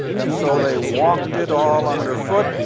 and so they walked it all underfoot,